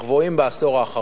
הגבוהים בעשור האחרון.